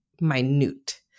minute